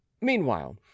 Meanwhile